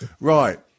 right